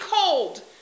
cold